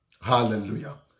Hallelujah